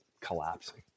collapsing